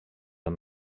amb